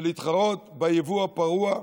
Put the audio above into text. ולהתחרות ביבוא הפרוע,